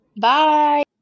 Bye